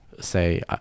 say